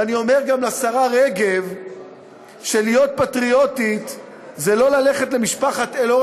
ואני אומר גם לשרה רגב שלהיות פטריוטית זה לא ללכת למשפחת אלאור